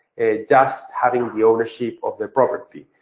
just having the ownership of the property.